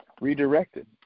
redirected